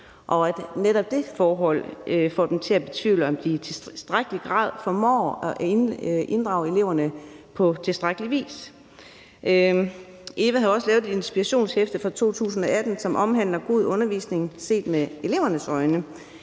og at netop det forhold får dem til at betvivle, at de i tilstrækkelig grad formår at inddrage eleverne. EVA havde også lavet et inspirationshæfte fra 2018, som omhandler god undervisning set med elevernes øjne,